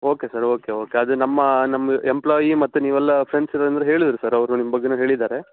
okay sir okay okay ಅದು ನಮ್ಮ ನಮ್ಮ ಎಂಪ್ಲಾಯಿ ಮತ್ತೆ ನೀವೆಲ್ಲ ಫ್ರೆಂಡ್ಸ್ ಇರದ್ರಿಂದ ಹೇಳಿದ್ರು ಸರ್ ಅವರು ನಿಮ್ಮ ಬಗ್ಗೆನು ಹೇಳಿದ್ದಾರೆ